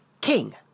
king